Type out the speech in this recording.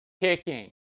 kicking